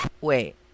Wait